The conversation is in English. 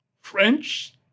French